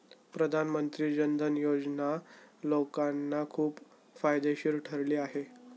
प्रधानमंत्री जन धन योजना लोकांना खूप फायदेशीर ठरली आहे